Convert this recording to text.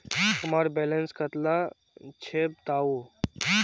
हमार बैलेंस कतला छेबताउ?